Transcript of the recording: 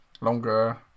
longer